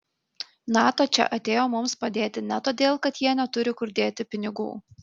nato čia atėjo mums padėti ne todėl kad jie neturi kur dėti pinigų